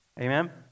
Amen